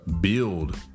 build